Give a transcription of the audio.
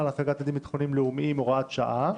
להשגת יעדים ביטחוניים-לאומיים)(הוראת שעה),